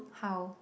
how